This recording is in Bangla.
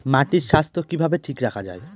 মাটির স্বাস্থ্য কিভাবে ঠিক রাখা যায়?